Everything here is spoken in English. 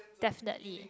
definitely